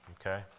Okay